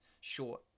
short